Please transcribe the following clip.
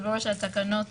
ברור שהתקנות